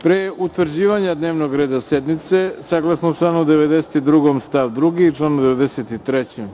Pre utvrđivanja dnevnog reda sednice, saglasno članu 92. stav 2. i članu 93.